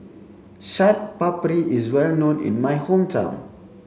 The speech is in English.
Chaat Papri is well known in my hometown